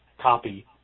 copy